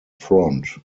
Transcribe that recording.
front